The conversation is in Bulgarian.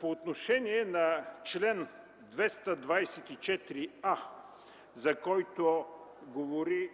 По отношение на чл. 224а, за който говори